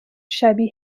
شبیه